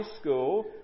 school